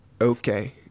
okay